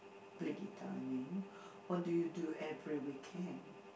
play guitar I mean what do you do every weekend